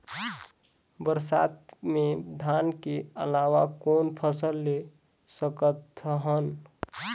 बरसात मे धान के अलावा कौन फसल ले सकत हन?